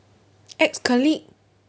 ex-colleague